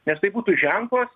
nes tai būtų ženklas